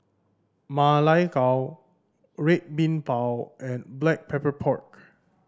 Ma Lai Gao Red Bean Bao and Black Pepper Pork